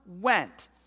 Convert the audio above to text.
went